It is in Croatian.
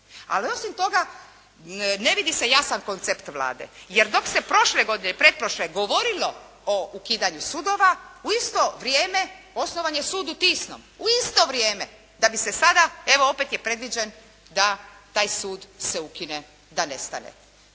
Ali osim toga ne vidi se jasan koncept Vlade. Jer dok se prošle godine, pretprošle govorilo o ukidanju sudova, u isto vrijeme osnovan je sud u Tisnom. U isto vrijeme, da bi se sada evo opet je predviđen da taj sud se ukine, da nestane.